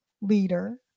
leader